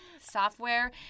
software